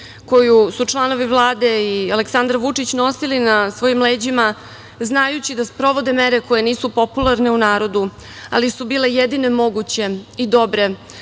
koju su članovi Vlade i Aleksandar Vučić, nosili na svojim leđima, znajući da sprovode mere koje nisu popularne u narodu, ali su bile jedine moguće i dobre,